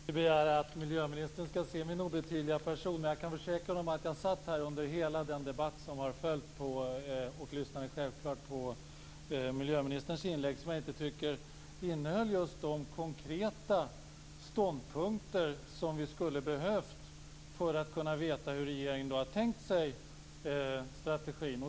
Fru talman! Jag kan inte begära att miljöministern skall se min obetydliga person, men jag kan försäkra honom om att jag satt här under hela den debatten och självklart lyssnade på miljöministerns inlägg, som jag inte tycker innehöll just de konkreta ståndpunkter som vi skulle ha behövt för att kunna veta hur regeringen har tänkt sig strategin.